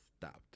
stopped